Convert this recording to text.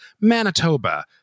Manitoba